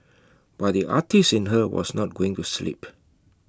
but the artist in her was not going to sleep